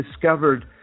discovered